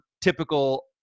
typical